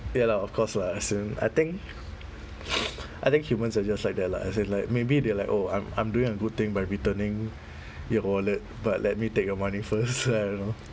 ya lah of course lah as in I think I think humans are just like that lah as in like maybe they like oh I'm I'm doing a good thing by returning your wallet but let me take your money first I don't know